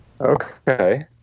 Okay